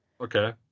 Okay